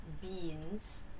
beans